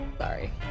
Sorry